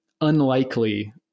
unlikely